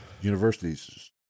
universities